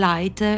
Light